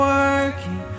working